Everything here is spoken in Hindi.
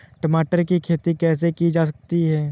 टमाटर की खेती कैसे की जा सकती है?